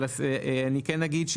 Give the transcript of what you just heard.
אבל אני כן אגיד,